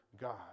God